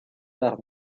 par